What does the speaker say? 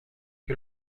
que